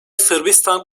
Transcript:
sırbistan